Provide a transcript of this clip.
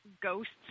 ghosts